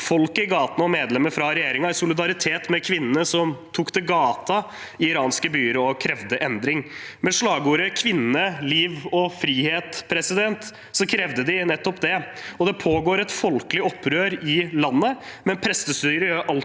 folk i gatene og medlemmer av regjeringen i solidaritet med kvinnene som tok til gaten i iranske byer og krevde endring. Med slagordet «kvinne, liv, frihet» krevde de nettopp det. Det pågår et folkelig opprør i landet, men prestestyret gjør alt